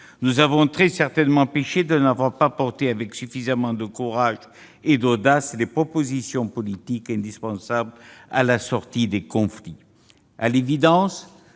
Nous avons très certainement péché de n'avoir pas porté avec suffisamment de courage et d'audace les propositions politiques indispensables à la sortie des conflits.